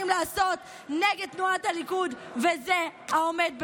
לעשות נגד תנועת הליכוד וזה העומד בראשה.